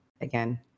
again